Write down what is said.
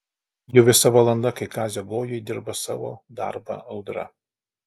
jau visa valanda kai kazio gojuj dirba savo darbą audra